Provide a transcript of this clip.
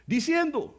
Diciendo